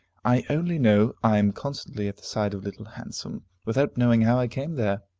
i only know i am constantly at the side of little handsome, without knowing how i came there.